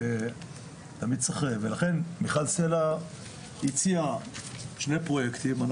ולכן פורום מיכל סלה הציע שני פרוייקטים.